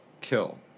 Kill